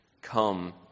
Come